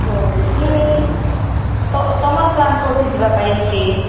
କେଉଁଠି ତ ତମର ପ୍ଲାନ କେଉଁଠି ଯିବା ପାଇଁ ଅଛି